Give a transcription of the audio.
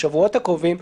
לשבועות הקרובים,